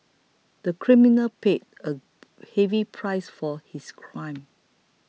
the criminal paid a heavy price for his crime